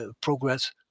progress